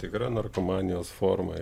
tikra narkomanijos forma